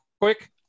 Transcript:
quick